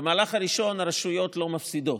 במהלך הראשון הרשויות לא מפסידות,